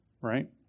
Right